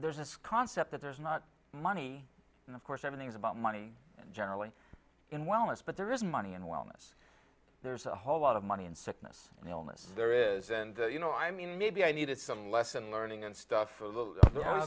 there's this concept that there's not money and of course everything is about money generally in wellness but there is money and wellness there's a whole lot of money and sickness and illness there is and you know i mean maybe i needed some lesson learning and stuff a little